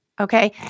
okay